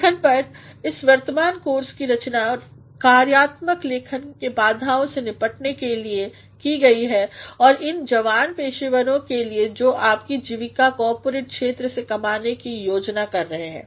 लेखन पर इसवर्तमान कोर्स की रचना कार्यात्मकलेखन के बाधाओं से निपटने के लिए की गई है उन जवान पेशेवरोंके लिए जो अपनी जीविका कॉर्पोरेट क्षेत्र से कमाने की योजना कर रहे हैं